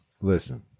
Listen